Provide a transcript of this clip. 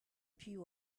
piv